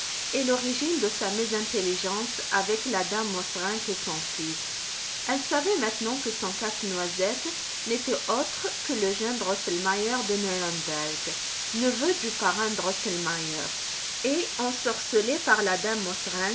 et l'origine de sa mésintelligence avec la dame mauserink et son fils elle savait maintenant que son casse-noisette n'était autre que le jeune drosselmeier de nuremberg neveu du parrain drosselmeier et ensorcelé par la dame